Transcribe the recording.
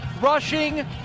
rushing